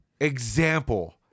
example